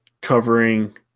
covering